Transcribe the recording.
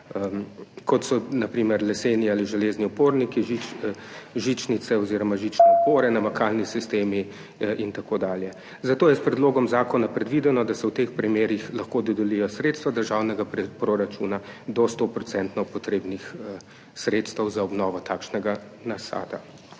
primer leseni ali železni oporniki, žičnice oziroma žične opore, namakalni sistemi in tako dalje. Zato je s predlogom zakona predvideno, da se v teh primerih lahko dodelijo sredstva državnega proračuna do sto procentno potrebnih sredstev za obnovo takšnega nasada.